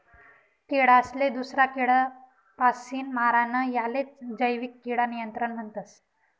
किडासले दूसरा किडापासीन मारानं यालेच जैविक किडा नियंत्रण म्हणतस